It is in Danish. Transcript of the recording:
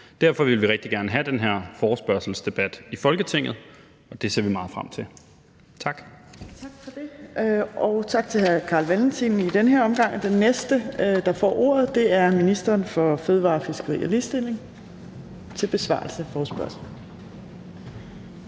Derfor vil vi rigtig gerne have den her forespørgselsdebat i Folketinget, og det ser vi meget frem til. Tak. Kl. 15:45 Fjerde næstformand (Trine Torp): Tak til hr. Carl Valentin i den her omgang. Og den næste, der får ordet, er ministeren for fødevarer, fiskeri og ligestilling, til besvarelse af forespørgslen.